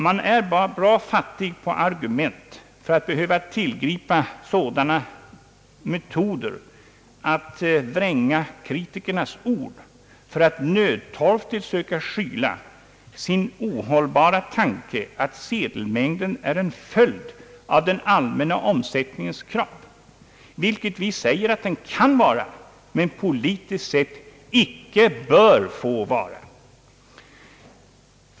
Man är bra fattig på argument för att behöva tillgripa sådana metoder att vränga kritikernas ord för att nödtorftigt söka skyla sin ohållbara tanke att sedelmängden är en följd av den allmänna omsättningens krav, vilket vi säger att den kan vara men politiskt sett icke bör få vara.